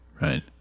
Right